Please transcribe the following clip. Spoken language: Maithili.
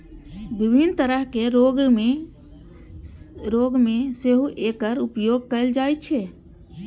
विभिन्न तरहक रोग मे सेहो एकर उपयोग कैल जाइ छै